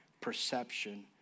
perception